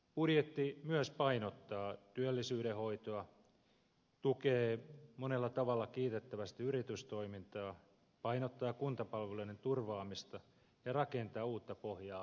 budjetti myös painottaa työllisyyden hoitoa tukee monella tavalla kiitettävästi yritystoimintaa painottaa kuntapalvelujen turvaamista ja rakentaa uutta pohjaa uudelle kasvulle